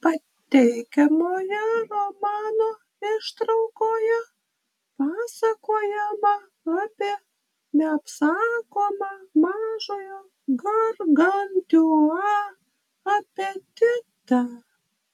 pateikiamoje romano ištraukoje pasakojama apie neapsakomą mažojo gargantiua apetitą